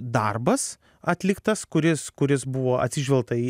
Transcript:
darbas atliktas kuris kuris buvo atsižvelgta į